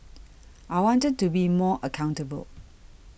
I wanted to be more accountable